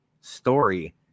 story